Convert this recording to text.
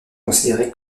considéré